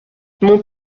mon